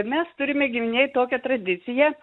mes turime giminėj tokią tradiciją